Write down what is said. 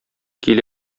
кил